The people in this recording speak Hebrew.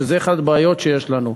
שזו אחת הבעיות שיש לנו.